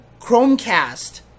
Chromecast